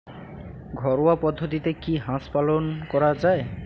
ঘরোয়া পদ্ধতিতে কি হাঁস প্রতিপালন করা যায়?